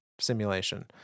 simulation